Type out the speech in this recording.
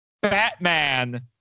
Batman